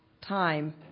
time